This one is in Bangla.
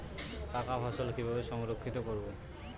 পাকা ফসল কিভাবে সংরক্ষিত করব?